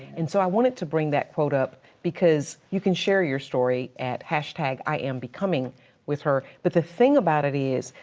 and so i wanted to bring that quote up. because you can share your story at iambecoming with her but the thing about it is,